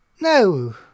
No